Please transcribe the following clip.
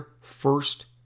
first